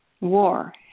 War